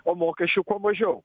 o mokesčių kuo mažiau